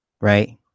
right